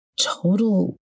total